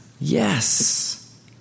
yes